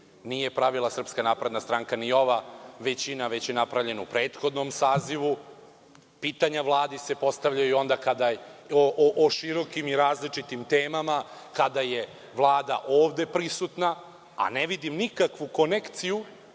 nije pravila SNS ni ova većina, već je napravljen u prethodnom sazivu. Pitanja Vladi se postavljaju o širokim i različitim temama kada je Vlada ovde prisutna, a ne vidim nikakvu konekciju